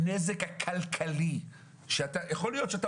הנזק הכלכלי שאתה יכול להיות שאתה